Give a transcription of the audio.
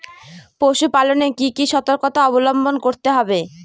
পশুপালন এ কি কি সর্তকতা অবলম্বন করতে হবে?